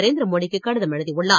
நரேந்திர மோடிக்கு கடிதம் எழுதியுள்ளார்